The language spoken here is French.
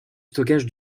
stockage